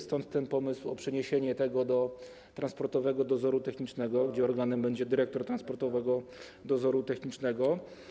Stąd pomysł przeniesienia tego do Transportowego Dozoru Technicznego, gdzie organem będzie dyrektor Transportowego Dozoru Technicznego.